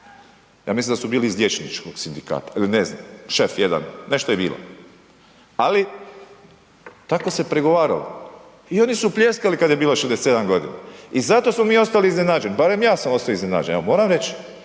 ja mislim da u bili iz liječničkog sindikata ili ne znam, šef jedan, nešto je bilo. Ali tako se pregovaralo i oni su pljeskali kad je bilo 67 g. i zato smo mi ostali iznenađeni, barem ja sam ostao iznenađen, evo moram reć,